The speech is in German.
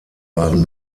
waren